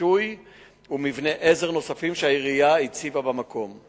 הרישוי ומבני עזר נוספים שהעירייה הציבה במקום.